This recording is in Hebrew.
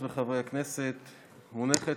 הוא מקוזז.